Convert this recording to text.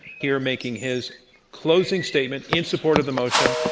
here making his closing statement in support of the motion,